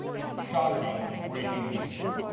shocking breaking news alert.